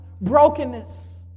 Brokenness